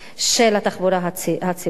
של התחבורה הציבורית.